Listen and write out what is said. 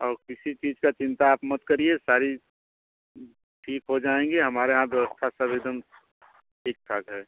और किसी चीज का चिंता आप मत करिए सारी ठीक हो जाएंगी हमारे यहाँ व्यवस्था सब एकदम ठीक ठाक है